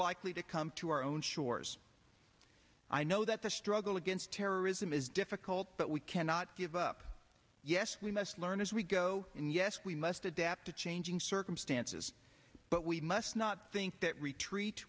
likely to come to our own shores i know that the struggle against terrorism is difficult but we cannot give up yes we must learn as we go and yes we must adapt to changing circumstances but we must not think that retreat